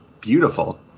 Beautiful